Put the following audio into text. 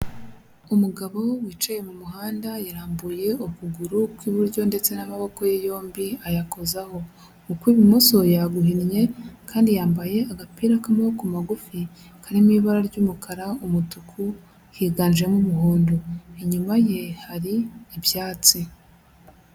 Umugabo wicaye mu muhanda yarambuye ukuguru kw'iburyo ndetse n'amaboko ye yombi ayakozaho, ukw'ibumoso yaguhinnye kandi yambaye agapira k'amaboko magufi karimo ibara ry'umukara, umutuku, higanjemo umuhondo, inyuma ye hari ibyatsi.